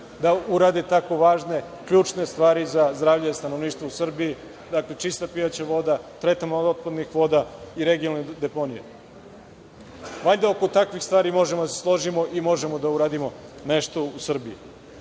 da urade tako važne, ključne stvari za zdravlje stanovništva u Srbiji. Dakle, čista pijaća voda, tretman otpadnih voda i regionalne deponije. Valjda oko takvih stvari možemo da se složimo i možemo da uradimo nešto u